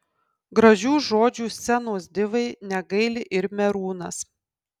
gražių žodžių scenos divai negaili ir merūnas